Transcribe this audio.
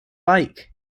bike